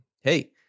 hey